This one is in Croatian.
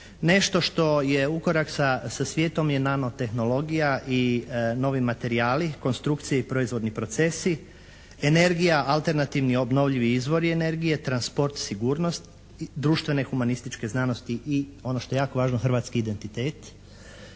Nešto što je ukorak sa svijetom je nanotehnologija i novi materijali, konstrukcije i proizvodni procesi, energija, alternativni obnovljivi izbori energije, transport, sigurnost, društvene humanističke znanosti i ono što je jako važno hrvatski identitet.